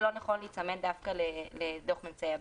ולא נכון להיצמד דווקא לדוח ממצאי הבדיקה.